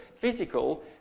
physical